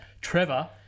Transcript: Trevor